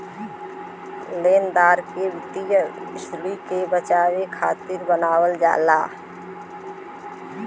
लेनदार के वित्तीय ऋण से बचावे खातिर बनावल जाला